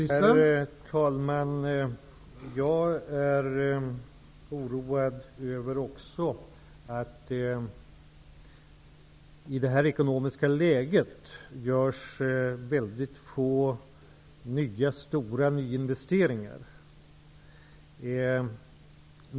Herr talman! Jag är också oroad över att det i detta ekonomiska läge görs mycket få stora nyinvesteringar.